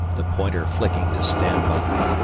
the pointer flicking to stand by.